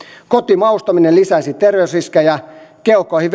kotimaustaminen lisäisi terveysriskejä keuhkoihin